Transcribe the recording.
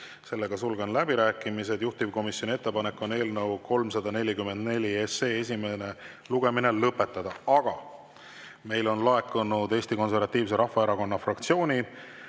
soovi. Sulgen läbirääkimised. Juhtivkomisjoni ettepanek on eelnõu 344 esimene lugemine lõpetada. Aga meile on laekunud Eesti Konservatiivse Rahvaerakonna fraktsiooni